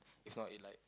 if not it like